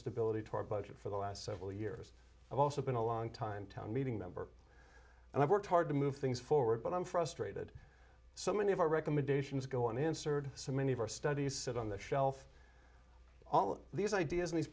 stability to our budget for the last several years i've also been a long time town meeting member and i worked hard to move things forward but i'm frustrated so many of our recommendations go unanswered so many of our studies sit on the shelf all of these ideas and these